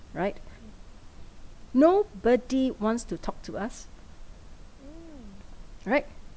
right nobody wants to talk to us right